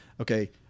Okay